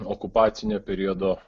okupacinio periodo